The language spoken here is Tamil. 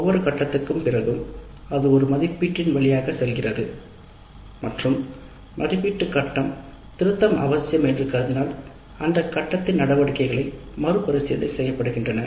ஒவ்வொரு கட்டத்திற்கும் பிறகு அது ஒரு மதிப்பீட்டின் வழியாக செல்கிறது மற்றும் மதிப்பீட்டு கட்டம் திருத்தம் அவசியம் என்று கருதினால் அந்த கட்டத்தில் நடவடிக்கைகள் மறுபரிசீலனை செய்யப்படுகின்றன